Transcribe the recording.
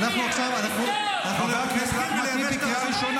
אדוני היושב-ראש,